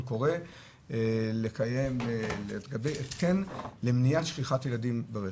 קורא לגבי התקן למניעת שכחת ילדים ברכב.